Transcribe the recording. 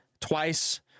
twice